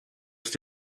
ist